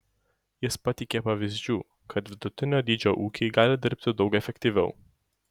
jis pateikė pavyzdžių kad vidutinio dydžio ūkiai gali dirbti daug efektyviau